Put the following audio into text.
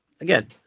again